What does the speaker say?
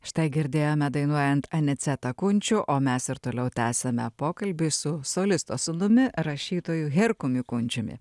štai girdėjome dainuojant anicetą kunčių o mes ir toliau tęsiame pokalbį su solisto sūnumi rašytoju herkumi kunčiumi